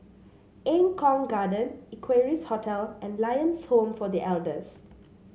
Eng Kong Garden Equarius Hotel and Lions Home for The Elders